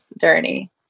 journey